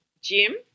gym